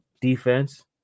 defense